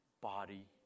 body